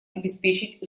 обеспечить